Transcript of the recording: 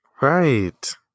Right